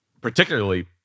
particularly